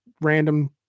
random